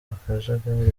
akajagari